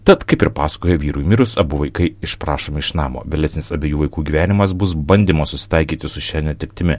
tad kaip ir pasakoje vyrui mirus abu vaikai išprašomi iš namo vėlesnis abiejų vaikų gyvenimas bus bandymo susitaikyti su šia netektimi